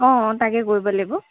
অঁ তাকে কৰিব লাগিব